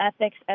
ethics